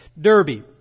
Derby